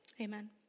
Amen